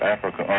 Africa